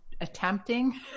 attempting